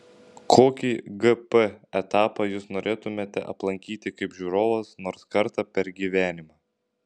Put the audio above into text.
kokį gp etapą jūs norėtumėte aplankyti kaip žiūrovas nors kartą per gyvenimą